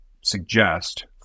suggest